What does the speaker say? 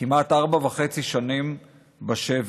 כמעט ארבע וחצי שנים בשבי,